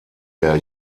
der